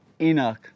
Enoch